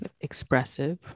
expressive